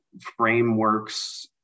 frameworks